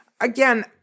again